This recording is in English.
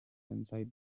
inside